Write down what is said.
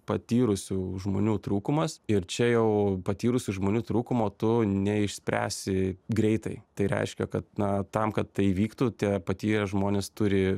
patyrusių žmonių trūkumas ir čia jau patyrusių žmonių trūkumo tu neišspręsi greitai tai reiškia kad na tam kad tai įvyktų tie patyrę žmonės turi